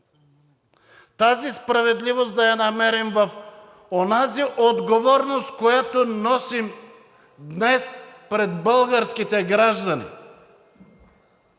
Тази справедливост да я намерим в онази отговорност, която носим днес пред българските граждани.